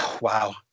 wow